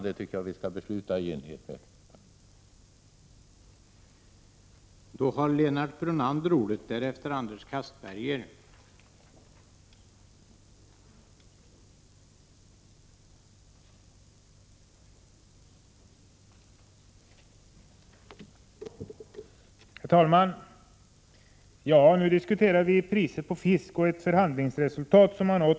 Jag tycker att vi skall besluta i enlighet med avtalet.